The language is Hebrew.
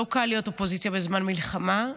לא קל להיות אופוזיציה בזמן מלחמה,